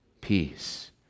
Peace